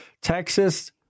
Texas